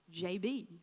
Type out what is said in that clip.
JB